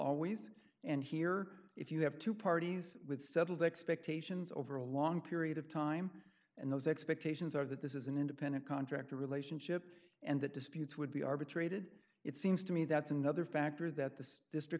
always and here if you have two parties with settled expectations over a long period of time and those expectations are that this is an independent contractor relationship and that disputes would be arbitrated it seems to me that's another factor that the district